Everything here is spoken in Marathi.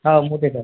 हां मोठेपण